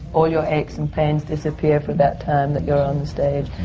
all your aches and pains disappear for that time that you're on stage.